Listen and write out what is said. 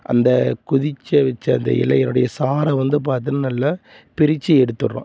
அந்த கொதிச்ச வச்சு அந்த இலையனுடைய சாறை வந்து பார்த்தின்னா நல்லா பிரித்து எடுத்துடுறோம்